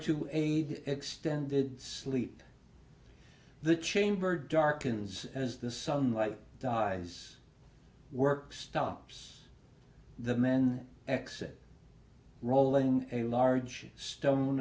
to a extended sleep the chamber darkens as the sunlight dies work stops the men exit rolling a large stone